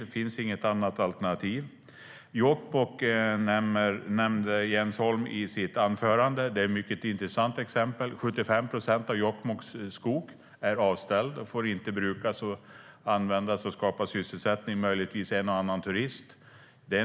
Det finns inget annat alternativ. Jens Holm nämnde Jokkmokk i sitt anförande. Det är ett mycket intressant exempel. 75 procent av Jokkmokks skog är avställd och får inte brukas och användas för att skapa sysselsättning. Möjligtvis kommer en och annan turist.